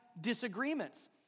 disagreements